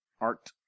Art